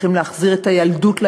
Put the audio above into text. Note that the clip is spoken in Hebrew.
צריכים להחזיר את הילדות לילדים,